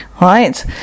Right